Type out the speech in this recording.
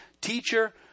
teacher